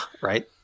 right